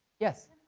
yes.